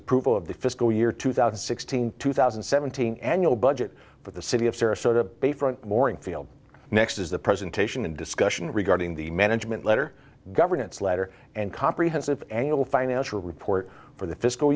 approval of the fiscal year two thousand and sixteen two thousand and seventeen annual budget for the city of sarasota bayfront moring field next is the presentation and discussion regarding the management letter governance letter and comprehensive annual financial report for the